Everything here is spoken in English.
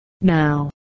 now